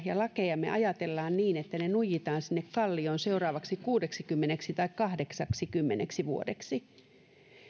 ja laeista me ajattelemme niin että ne ne nuijitaan sinne kallioon seuraaviksi kuusikymmentä tai kahdeksaksikymmeneksi vuodeksi